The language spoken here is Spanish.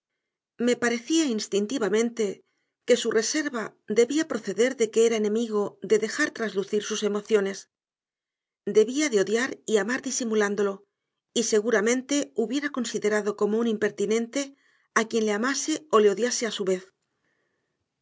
me parecía instintivamente que su reserva debía proceder de que era enemigo de dejar traslucir sus emociones debía de odiar y amar disimulándolo y seguramente hubiera considerado como un impertinente a quien le amase o le odiase a su vez